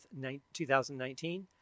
2019